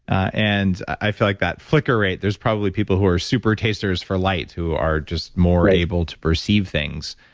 and i feel like that flicker rate, there's probably people who are super tasters for light, who are just more able to perceive things.